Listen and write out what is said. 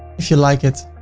if you like it,